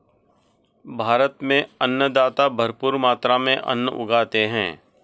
भारत में अन्नदाता भरपूर मात्रा में अन्न उगाते हैं